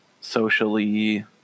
socially